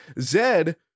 Zed